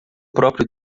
próprio